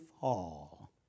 fall